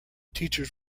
teachers